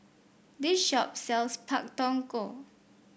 this shop sells Pak Thong Ko